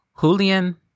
Julian